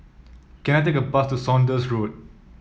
can I take a bus to Saunders Road